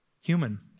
human